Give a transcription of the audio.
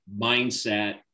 mindset